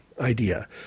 idea